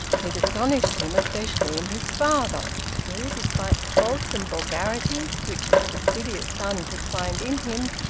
it astonished him especially in his father, who, despite the faults and vulgarities which his fastidious son could find in him,